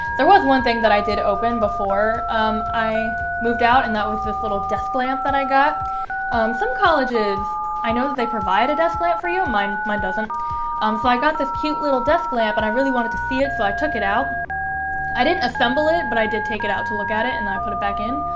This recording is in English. there was one thing that i did open before um i moved out and that was this little desk lamp that i got some colleges i know that they provide a desk lamp for you and mine. mine doesn't um so i got this cute little desk lamp and i really wanted to see it so i took it out i didn't assemble it but i did take it out to look at it and i put it back in